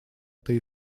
этой